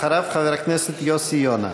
אחריו, חבר הכנסת יוסי יונה.